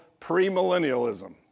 premillennialism